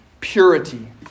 purity